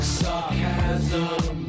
sarcasm